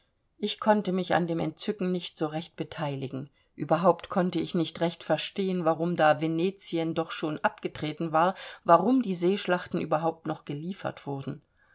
ich konnte mich an dem entzücken nicht so recht beteiligen überhaupt konnte ich nicht recht verstehen warum da venetien doch schon abgetreten war warum diese seeschlachten überhaupt noch geliefert wurden